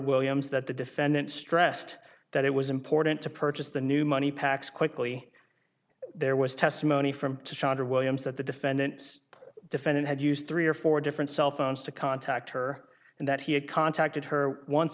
williams that the defendant stressed that it was important to purchase the new money packs quickly there was testimony from to chandra williams that the defendant defendant had used three or four different cell phones to contact her and that he had contacted her once